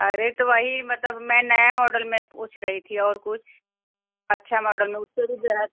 अरे तो वही मतलब मैं नया मॉडल में पूछ रही थी और कुछ अच्छा मॉडल में उस पर भी जो है